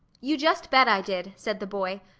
you just bet i did, said the boy.